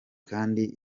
kandi